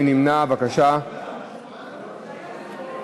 מי נמנע?